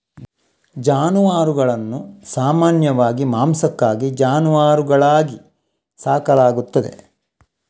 ಜಾನುವಾರುಗಳನ್ನು ಸಾಮಾನ್ಯವಾಗಿ ಮಾಂಸಕ್ಕಾಗಿ ಜಾನುವಾರುಗಳಾಗಿ ಸಾಕಲಾಗುತ್ತದೆ